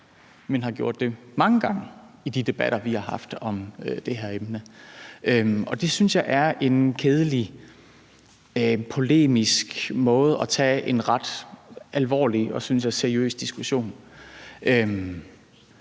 Hun har gjort det mange gange i de debatter, vi har haft om det her emne. Det synes jeg er en kedelig polemisk måde at tage en ret alvorlig og, synes jeg, seriøs diskussion